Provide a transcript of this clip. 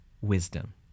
wisdom